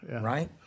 right